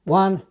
one